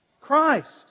Christ